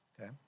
Okay